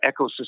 ecosystem